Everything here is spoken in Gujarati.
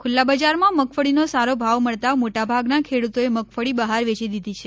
ખુલ્લા બજારમાં મગફળીનો સારો ભાવ મળતા મોટા ભાગના ખેડૂતોએ મગફળી બહાર વેચી દીધી છે